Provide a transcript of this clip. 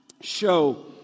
show